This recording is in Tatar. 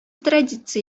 традиция